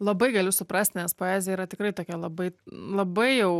labai galiu suprast nes poezija yra tikrai tokia labai labai jau